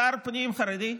שר הפנים חרדי,